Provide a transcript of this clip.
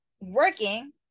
working